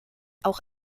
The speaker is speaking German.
auch